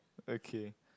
okay